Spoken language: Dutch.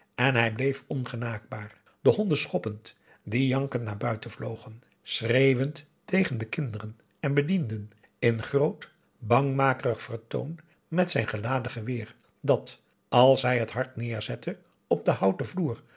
en hij bleef ongenaakbaar de honden schoppend die jankend naar buiten vlogen schreeuwend tegen de kinderen en bedienden in groot bangmakerig vertoon met zijn geladen geweer dat als hij het hard neerzette op den houten vloer